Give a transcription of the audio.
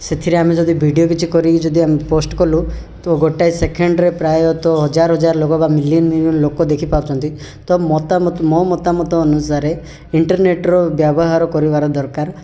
ସେଥିରେ ଆମେ ଯଦି ଭିଡ଼ିଓ କିଛି କରିକି ଯଦି ଆମେ ପୋଷ୍ଟ କଲୁ ତ ଗୋଟାଏ ସେକେଣ୍ଡରେ ପ୍ରାୟତଃ ହଜାର ହଜାର ଲୋକମାନେ ଲୋକ ଦେଖିପାରୁଛନ୍ତି ତ ମତାମତ ମୋ ମତାମତ ଅନୁସାରେ ଇଣ୍ଟର୍ନେଟ୍ର ବ୍ୟାବହାର କରିବାର ଦରକାର